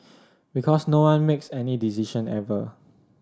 because no one makes any decision ever